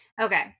Okay